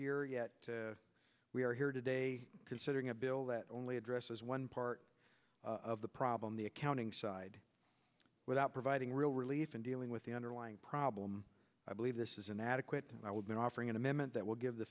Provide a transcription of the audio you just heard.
year yet we are here today considering a bill that only addresses one part of the problem the accounting side without providing real relief in dealing with the underlying problem i believe this is inadequate and i would be offering an amendment that will give the